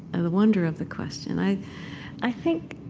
ah the wonder of the question i i think,